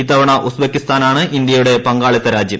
ഇത്തവണ ഉസ്ബെക്കിസ്ഥാനാണ് ഇന്ത്യയുടെ പങ്കാളിത്ത രാജ്യം